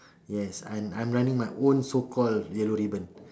yes and I'm I'm running my own so called yellow ribbon